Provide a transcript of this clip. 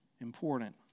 important